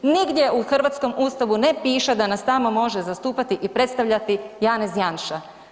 Nigdje u hrvatskom Ustavu ne piše da nas tamo može zastupati i predstavljati Janez Janša.